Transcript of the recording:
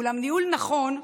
אולם ניהול נכון,